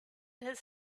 his